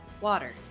water